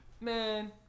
Man